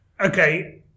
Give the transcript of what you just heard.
Okay